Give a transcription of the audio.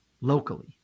locally